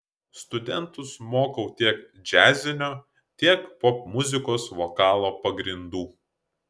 studentus mokau tiek džiazinio tiek popmuzikos vokalo pagrindų